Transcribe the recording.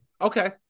okay